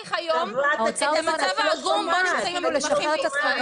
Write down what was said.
בדברייך היום את המצב העגום בו נמצאים המתמחים בישראל.